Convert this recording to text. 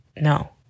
No